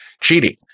cheating